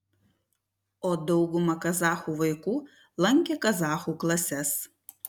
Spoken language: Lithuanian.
o dauguma kazachų vaikų lankė kazachų klases